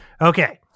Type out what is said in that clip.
Okay